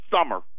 summer